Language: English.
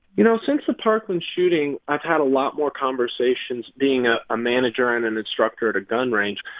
you know, since the parkland shooting, i've had a lot more conversations being ah a manager and an instructor at a gun range.